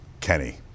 Kenny